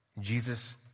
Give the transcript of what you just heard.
Jesus